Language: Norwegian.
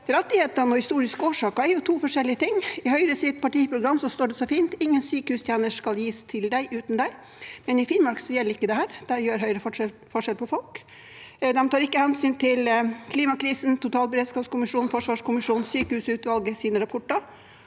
Rettigheter og historiske årsaker er to forskjellige ting. I Høyres partiprogram står det så fint at ingen sykehustjenester skal gis til deg uten din beslutning, men i Finnmark gjelder ikke dette. Der gjør Høyre forskjell på folk. De tar ikke hensyn til klimakrisen, totalberedskapskommisjonen, forsvarskommisjonen og sykehusutvalgets rapporter